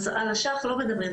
על אשך לא מדברים,